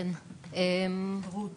רות